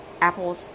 apples